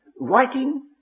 writing